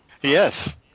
Yes